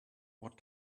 what